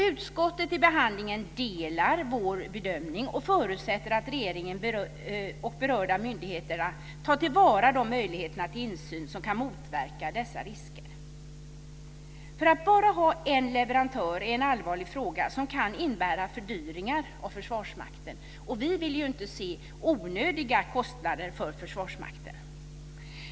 Utskottet i behandlingen delar vår bedömning och förutsätter att regeringen och de berörda myndigheterna tar till vara de möjligheter till insyn som kan motverka dessa risker. Att bara ha en leverantör är en allvarlig fråga som kan innebära fördyringar av Försvarsmakten. Vi vill inte se onödiga kostnader för Försvarsmakten.